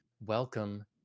welcome